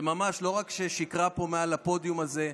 שממש לא רק שהיא שיקרה פה מעל הפודיום הזה,